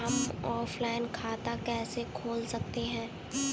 हम ऑनलाइन खाता कैसे खोल सकते हैं?